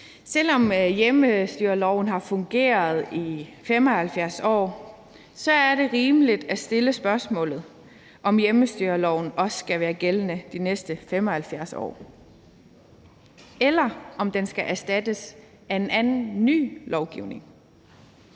Selv om hjemmestyreloven har fungeret i 75 år, er det rimeligt at stille spørgsmålet, om hjemmestyreloven også skal være gældende de næste 75 år, eller om den skal erstattes af en anden ny lovgivning